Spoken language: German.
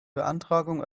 beantragung